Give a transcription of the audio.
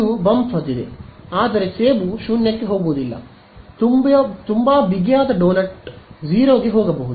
ಇದು ಬಂಪ್ ಹೊಂದಿದೆ ಆದರೆ ಸೇಬು 0 ಗೆ ಹೋಗುವುದಿಲ್ಲ ತುಂಬಾ ಬಿಗಿಯಾದ ಡೋನಟ್ 0 ಗೆ ಹೋಗಬಹುದು